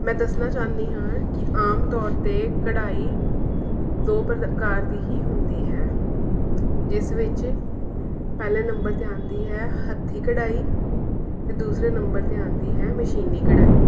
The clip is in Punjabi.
ਮੈਂ ਦੱਸਣਾ ਚਾਹੁੰਦੀ ਹਾਂ ਕਿ ਆਮ ਤੌਰ 'ਤੇ ਕਢਾਈ ਦੋ ਪ੍ਰਕਾਰ ਦੀ ਹੀ ਹੁੰਦੀ ਹੈ ਜਿਸ ਵਿੱਚ ਪਹਿਲੇ ਨੰਬਰ 'ਤੇ ਆਉਂਦੀ ਹੈ ਹੱਥੀਂ ਕਢਾਈ ਅਤੇ ਦੂਸਰੇ ਨੰਬਰ 'ਤੇ ਆਉਂਦੀ ਹੈ ਮਸ਼ੀਨੀ ਕਢਾਈ